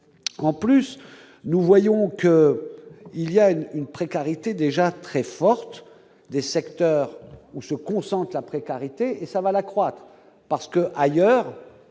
en plus, nous voyons qu'il y a une une précarité déjà très forte des secteurs où se concentre la précarité et ça va l'accroître parce que ailleurs,